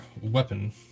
weapon